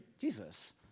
Jesus